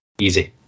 Easy